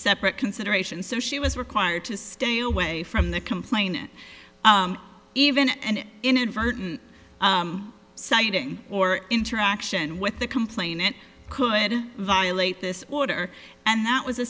separate consideration so she was required to stay away from the complainant even and inadvertent sighting or interaction with the complainant could violate this order and that was a